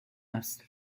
است